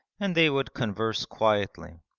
and they would converse quietly,